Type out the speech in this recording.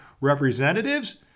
representatives